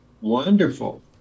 Wonderful